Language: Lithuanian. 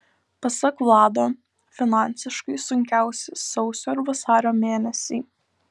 pasak vlado finansiškai sunkiausi sausio ir vasario mėnesiai